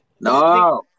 No